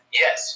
yes